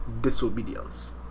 disobedience